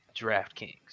DraftKings